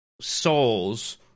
souls